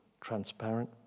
transparent